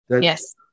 Yes